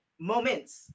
moments